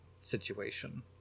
situation